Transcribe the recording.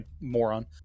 moron